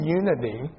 unity